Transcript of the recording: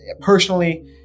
personally